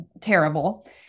terrible